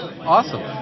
Awesome